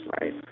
right